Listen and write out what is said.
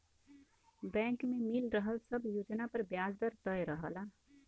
bank में मिल रहल सब योजना पर ब्याज दर तय रहला